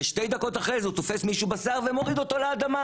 ושתי דקות אחרי זה הוא תופס מישהו בשיער ומוריד אותו לאדמה.